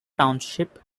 township